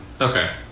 Okay